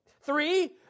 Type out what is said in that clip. Three